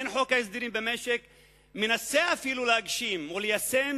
אין חוק ההסדרים במשק מנסה אפילו להגשים או ליישם